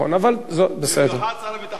במיוחד שר הביטחון שלנו.